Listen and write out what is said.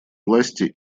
власти